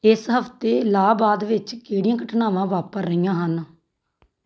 ਇਸ ਹਫ਼ਤੇ ਇਲਾਹਾਬਾਦ ਵਿੱਚ ਕਿਹੜੀਆਂ ਘਟਨਾਵਾਂ ਵਾਪਰ ਰਹੀਆਂ ਹਨ